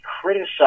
criticize